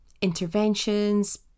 interventions